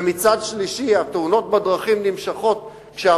ומצד שלישי התאונות בדרכים נמשכות כאשר